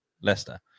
Leicester